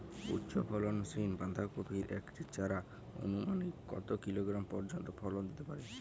উচ্চ ফলনশীল বাঁধাকপির একটি চারা আনুমানিক কত কিলোগ্রাম পর্যন্ত ফলন দিতে পারে?